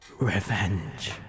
Revenge